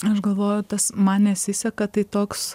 aš galvoju tas man nesiseka tai toks